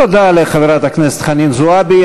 תודה לחברת הכנסת חנין זועבי.